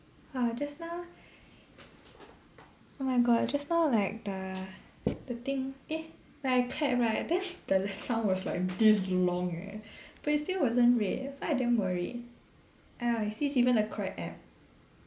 oh just now oh my god just now like the the thing eh like when I paired right then the sound was like this long eh but it still wasn't red that's why I damn worried !aiyo! is this even the correct app